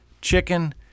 Chicken